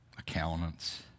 accountants